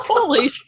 Holy